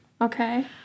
Okay